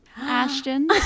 Ashton